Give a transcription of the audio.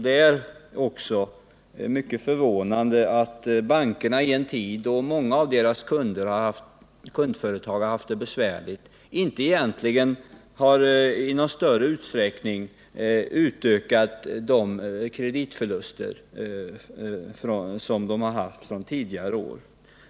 Det är mycket förvånande att det hos bankerna, i en tid då många av deras kundföretag haft det besvärligt, inte egentligen i någon större utsträckning blivit en utökning av kreditförlusterna jämfört med tidigare år.